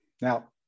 Now